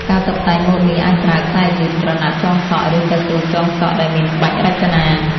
ការតុបតែងម៉ូតនេះ អាចប្រើខ្សែយឺត ក្រណាត់ចងសក់ ឬកៅស៊ូចងសក់ដែលមានក្បាច់រចនា។